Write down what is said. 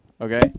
Okay